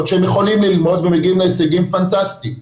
שהם יכולים ללמוד ומגיעים להישגים פנטסטיים.